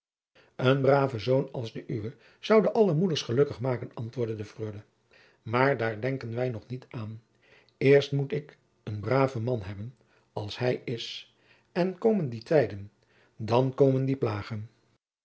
een brave zoon als de uwe zonde alle moeders gelukkig maken antwoordde de freule maar daar denken wij nog niet aan eerst moet ik zoo een braven man hebben als hij is en komen die tijden dan komen die plagen